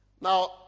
Now